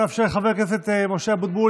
נאפשר לחבר הכנסת משה אבוטבול,